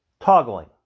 toggling